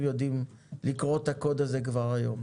יודעים לקרוא את הקוד הזה כבר היום.